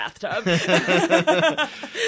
bathtub